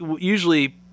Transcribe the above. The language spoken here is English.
Usually